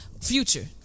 Future